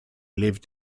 lived